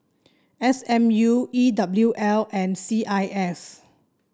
S M U E W L and C I S